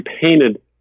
painted